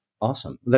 Awesome